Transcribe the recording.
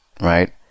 right